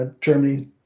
Germany